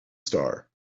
star